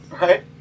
Right